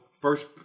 first